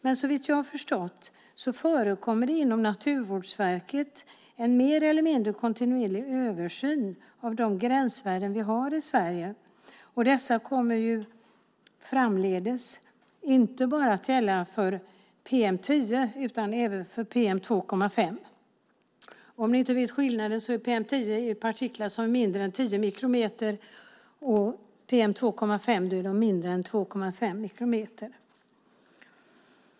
Men såvitt jag har förstått förekommer det inom Naturvårdsverket en mer eller mindre kontinuerlig översyn av de gränsvärden vi har i Sverige, och dessa kommer ju framdeles inte bara att gälla för PM10 utan även för PM2,5. Om ni inte vet skillnaden så är PM10 partiklar som är mindre än 10 mikrometer, och PM2,5 är mindre än 2,5 mikrometer.